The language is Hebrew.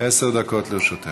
עשר דקות לרשותך.